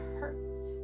hurt